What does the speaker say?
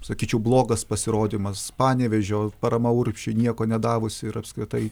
sakyčiau blogas pasirodymas panevėžio parama urbšiui nieko nedavusi ir apskritai